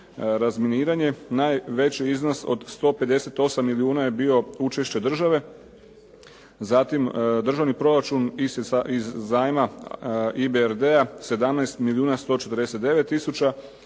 razminiranje, najveći iznos od 158 milijuna je bio učešće države. Zatim, državni proračun iz zajma IBRD-a 17 milijuna 149 tisuća,